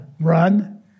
run